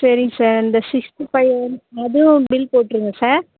சரிங்க சார் இந்த sixty five one அதுவும் பில் போட்டிருங்க சார்